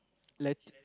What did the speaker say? let